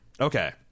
Okay